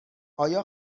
آیا